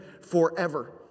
forever